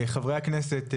חברי הכנסת,